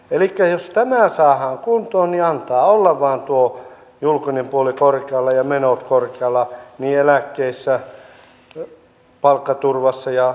elikkä jos tämä saadaan kuntoon niin antaa olla vaan tuon julkisen puolen korkealla ja menojen korkealla eläkkeissä palkkaturvassa ja niin edespäin